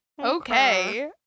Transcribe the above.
Okay